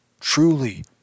truly